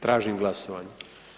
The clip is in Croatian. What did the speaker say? Tražim glasovanje.